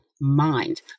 mind